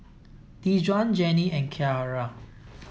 Dejuan Jeannine and Kyara